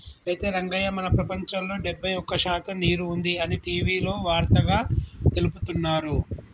అయితే రంగయ్య మన ప్రపంచంలో డెబ్బై ఒక్క శాతం నీరు ఉంది అని టీవీలో వార్తగా తెలుపుతున్నారు